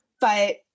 But-